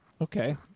Okay